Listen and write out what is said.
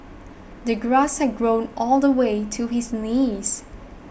the grass had grown all the way to his knees